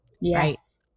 Yes